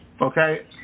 Okay